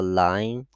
line